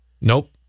Nope